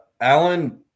Alan